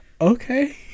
Okay